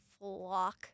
flock